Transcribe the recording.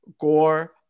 gore